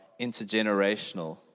intergenerational